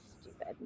Stupid